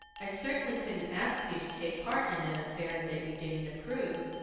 i certainly couldn't ask you to take part in an affair that you didn't approve.